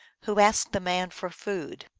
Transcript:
who asked the man for food.